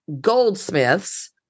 goldsmiths